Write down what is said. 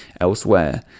elsewhere